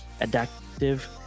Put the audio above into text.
adaptive